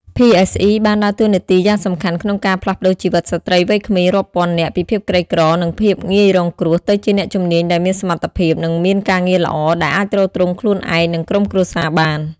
PSE បានដើរតួនាទីយ៉ាងសំខាន់ក្នុងការ ផ្លាស់ប្តូរជីវិតស្ត្រីវ័យក្មេងរាប់ពាន់នាក់ ពីភាពក្រីក្រ និងភាពងាយរងគ្រោះ ទៅជាអ្នកជំនាញដែលមានសមត្ថភាព និងមានការងារល្អ ដែលអាចទ្រទ្រង់ខ្លួនឯង និងក្រុមគ្រួសារបាន។